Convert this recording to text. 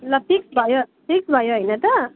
ल फिक्स भयो फिक्स भयो होइन त